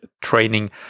training